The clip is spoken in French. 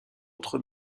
entre